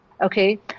Okay